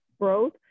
growth